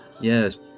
Yes